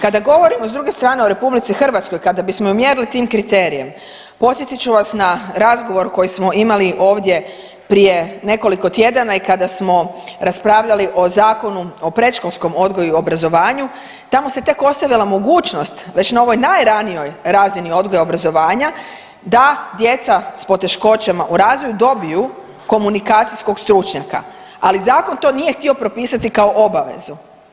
Kada govorimo, s druge strane, o RH, kada bismo ju mjerili tim kriterijem, podsjetit ću vas na razgovor koji smo imali ovdje prije nekoliko tjedana i kada smo raspravljali o Zakonu o predškolskom odgoju i obrazovanju, tamo se tek ostavila mogućnost, već na ovoj najranijoj razini odgoja i obrazovanja da djeca s poteškoćama u razvoju dobiju komunikacijskog stručnjaka, ali Zakon to nije htio propisati kao obavezu.